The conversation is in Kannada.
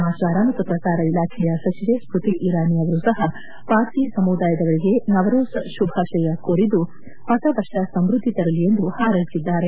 ಸಮಾಚಾರ ಮತ್ತು ಪ್ರಸಾರ ಇಲಾಖೆಯ ಸಚಿವೆ ಸ್ತತಿ ಇರಾನಿ ಅವರು ಸಹ ಪಾರ್ಸಿ ಸಮುದಾಯದವರಿಗೆ ನವರೋಜ್ ಶುಭಾಶಯ ಕೋರಿದ್ದು ಹೊಸ ವರ್ಷ ಸಮ್ಯದ್ದಿ ತರಲಿ ಎಂದು ಹಾರ್ೈಸಿದ್ದಾರೆ